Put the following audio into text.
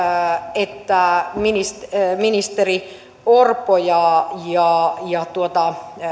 että ministeri ministeri orpo ja ja